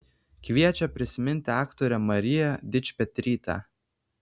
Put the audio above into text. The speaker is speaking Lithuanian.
kviečia prisiminti aktorę mariją dičpetrytę